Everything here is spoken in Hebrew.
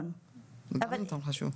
זה גם נתון חשוב.